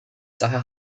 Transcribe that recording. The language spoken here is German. daher